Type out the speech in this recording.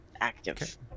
active